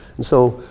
and so,